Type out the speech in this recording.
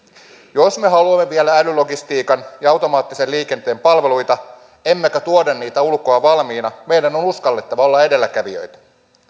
jos me haluamme viedä älylogistiikan ja automaattisen liikenteen palveluita emmekä tuoda niitä ulkoa valmiina meidän on uskallettava olla edelläkävijöitä